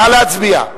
נא להצביע.